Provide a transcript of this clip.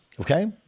Okay